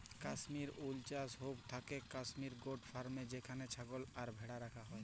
কাশ্মির উল চাস হৌক থাকেক কাশ্মির গোট ফার্মে যেখানে ছাগল আর ভ্যাড়া রাখা হয়